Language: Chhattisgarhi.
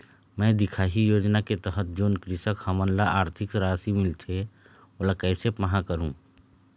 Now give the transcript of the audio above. मैं दिखाही योजना के तहत जोन कृषक हमन ला आरथिक राशि मिलथे ओला कैसे पाहां करूं?